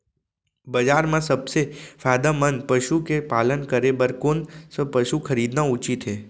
बजार म सबसे फायदामंद पसु के पालन करे बर कोन स पसु खरीदना उचित हे?